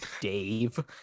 Dave